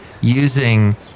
using